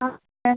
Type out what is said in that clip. ஆ ஆ